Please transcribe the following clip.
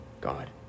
God